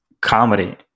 comedy